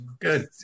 Good